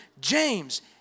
James